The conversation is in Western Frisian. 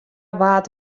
waard